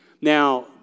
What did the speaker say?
Now